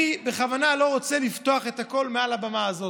אני בכוונה אני לא רוצה לפתוח את הכול מעל הבמה הזאת,